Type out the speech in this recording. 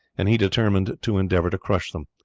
and he determined to endeavour to crush them.